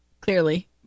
Clearly